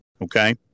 Okay